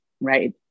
right